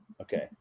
Okay